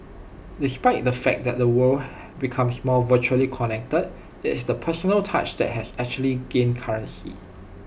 despite the fact that the world becomes more virtually connected IT is the personal touch that has actually gained currency